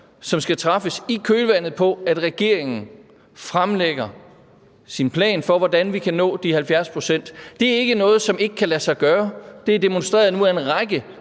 som skal træffes i kølvandet på, at regeringen fremlægger sin plan for, hvordan vi kan nå de 70 pct. Det er ikke noget, som ikke kan lade sig gøre, for det er demonstreret nu af en række